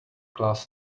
glass